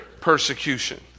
persecution